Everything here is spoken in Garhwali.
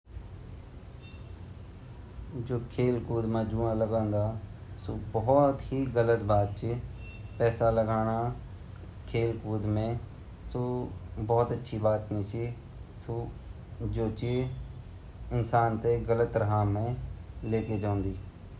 खेलो पर पैसा लगोण्ड मतलब जन लोग सटटा नी लगन अगर ऊ सटटा लगोंडा छिन ता उ ता भोत गलत बात ची क्वे बच्चा अगिन चलन क्वे बच्चा मेहनत कन मेहनत ता सभी बच्चा कन पर एक-एक पॉइंट पर अगिन-पिछ्न वे जांद ता वे बात मा वेपा पैसा लगोंडो क्वे मतलब ही नी अर यु भोत गन्दी बात ची भोत बुरी बात ची जु अगेन निकन वेते अगिन निकन दयो अर जु जाने छिन वन वेगि काबिलियत दिख्ये जनि।